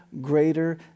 greater